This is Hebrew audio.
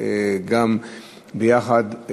גם ביחד,